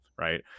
right